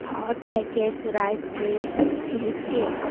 hot packets rice milk cheese cake